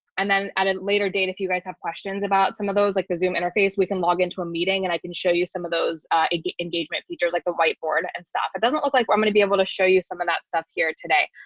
and then at a later date, if you guys have questions about some of those, like the zoom interface, we can log into a meeting and i can show you some of those engagement features like the whiteboard and stuff, it doesn't look like we're going to be able to show you some of that stuff here today.